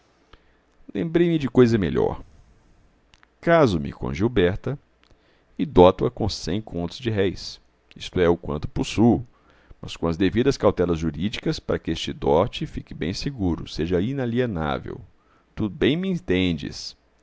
lembrei-me de coisa melhor caso me com gilberta e doto a com cem contos de réis isto é o quanto possuo mas com as devidas cautelas jurídicas para que este dote fique bem seguro seja inalienável tu bem me entendes